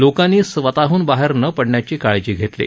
लोकांनी स्वतःहन बाहेर न पडण्याची काळजी घेतली आहे